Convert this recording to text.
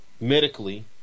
medically